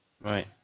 Right